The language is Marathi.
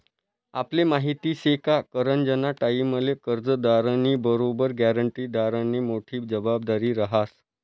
आपले माहिती शे का करजंना टाईमले कर्जदारनी बरोबर ग्यारंटीदारनी मोठी जबाबदारी रहास